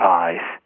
eyes